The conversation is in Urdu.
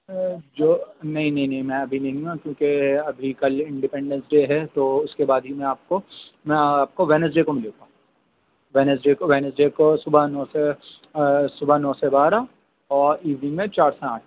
جو نہیں نہیں نہیں میں ابھی نہیں ملوں گا کیونکہ ابھی کل انڈیپینڈینس ڈے ہے تو اس کے بعد ہی میں آپ کو میں آپ کو وینیس ڈے کو ملوں گا وینیس ڈے کو وینیس ڈے کو صبح نو سے صبح نو سے بارہ اور ایوینگ میں چار سے آٹھ